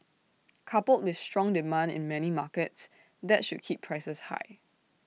coupled with strong demand in many markets that should keep prices high